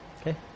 Okay